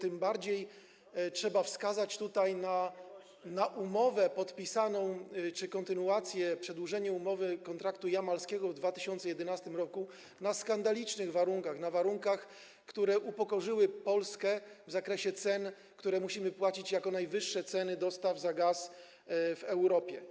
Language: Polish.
Tym bardziej trzeba wskazać na podpisaną umowę czy kontynuację, przedłużenie umowy kontraktu jamalskiego w 2011 r. na skandalicznych warunkach, na warunkach, które upokorzyły Polskę w zakresie cen, które musimy płacić, a są to najwyższe ceny dostaw za gaz w Europie.